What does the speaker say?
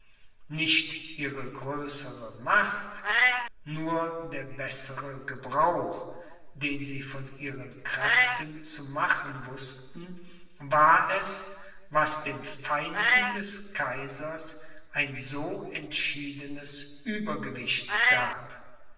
nicht ihre größere macht nur der bessere gebrauch den sie von ihren kräften zu machen wußten war es was den feinden des kaisers ein so entschiedenes uebergewicht gab